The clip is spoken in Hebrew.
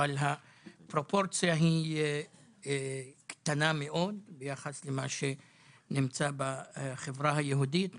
אבל הפרופורציה היא קטנה מאוד ביחס למה שנמצא בחברה היהודית.